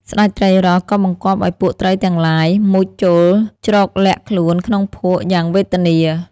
ស្តេចត្រីរ៉ស' ក៏បង្គាប់ឱ្យពួកត្រីទាំងទ្បាយ មុជចូលជ្រកលាក់ខ្លួនក្នុងភក់យ៉ាងវេទនា។